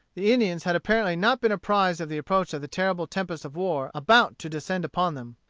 the indians had apparently not been apprised of the approach of the terrible tempest of war about to descend upon them.